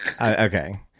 okay